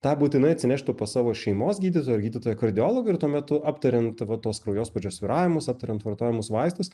tą būtinai atsineštų pas savo šeimos gydytoją ar gydytoją kardiologą ir tuo metu aptariant va tuos kraujospūdžio svyravimus aptariant vartojamus vaistus